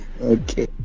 Okay